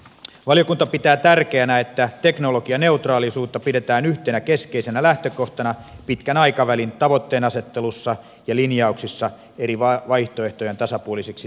valiokunta pitää tärkeänä että teknologianeutraalisuutta pidetään yhtenä keskeisenä lähtökohtana pitkän aikavälin tavoitteenasettelussa ja linjauksissa eri vaihtoehtojen tasapuoliseksi tukemiseksi